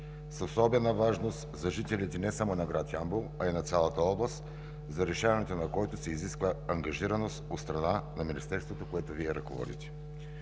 с особена важност за жителите не само на град Ямбол, а и на цялата област, за решаването на който се изисква ангажираност от страна на министерството, което Вие ръководите.